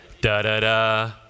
Da-da-da